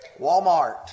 Walmart